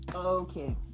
Okay